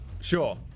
Sure